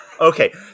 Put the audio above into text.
Okay